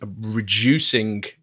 reducing